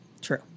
True